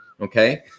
Okay